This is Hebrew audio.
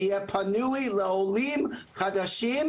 שיהיה פנוי לעולים חדשים,